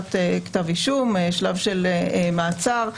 הגשת כתב אישום, שלב של מעצר,